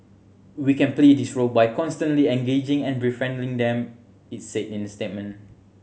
we can play this role by constantly engaging and befriending them it said in a statement